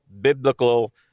biblical